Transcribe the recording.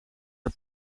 ter